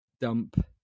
dump